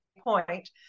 point